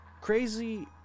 Crazy